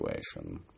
situation